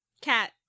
Cat